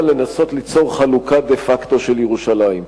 לנסות ליצור חלוקה דה-פקטו של ירושלים.